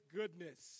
goodness